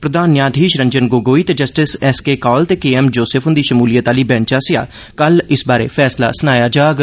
प्रधान न्यायाधीश रंजन गोगोई ते जस्टिस एस के कौल ते के एम जोसेफ हुंदी शमूलियत आह्ली बैंच आसेआ कल इस बारै फैसला सनाया जाग